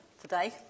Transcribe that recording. today